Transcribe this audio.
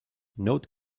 note